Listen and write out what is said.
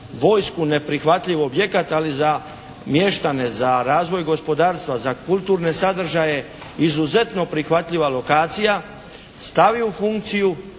neprihvatljiv objekat, ali za mještane, za razvoj gospodarstva, za kulturne sadržaje izuzetno prihvatljiva lokacija stavi u funkciju